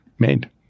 made